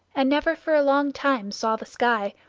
and never for a long time saw the sky,